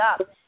up